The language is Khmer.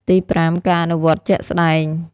ទីប្រាំ ការអនុវត្តជាក់ស្តែង។